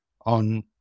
on